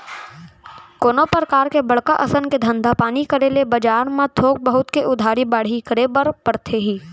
कोनो परकार के बड़का असन के धंधा पानी करे ले बजार म थोक बहुत के उधारी बाड़ही करे बर परथे ही